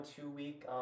two-week